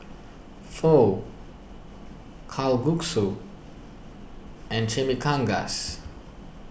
Pho Kalguksu and Chimichangas